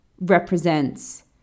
represents